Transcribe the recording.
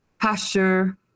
pasture